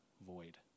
void